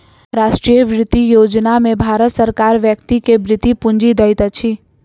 राष्ट्रीय वृति योजना में भारत सरकार व्यक्ति के वृति पूंजी दैत अछि